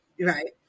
Right